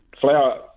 flower